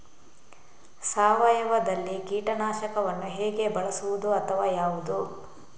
ಸಾವಯವದಲ್ಲಿ ಕೀಟನಾಶಕವನ್ನು ಹೇಗೆ ಬಳಸುವುದು ಅಥವಾ ಯಾವುದು?